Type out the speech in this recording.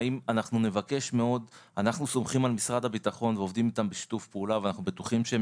אנחנו סומכים על משרד הביטחון ועובדים איתם בשיתוף פעולה ובטוחים שהם